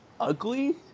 ugly